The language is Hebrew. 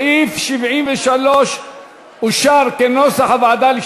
סעיף 73 לשנת 2015 אושר, כנוסח הוועדה.